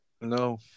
no